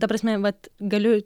ta prasme vat galiu